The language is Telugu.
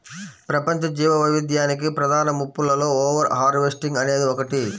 ప్రపంచ జీవవైవిధ్యానికి ప్రధాన ముప్పులలో ఓవర్ హార్వెస్టింగ్ అనేది ఒకటి